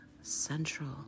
central